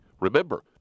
Remember